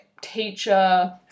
teacher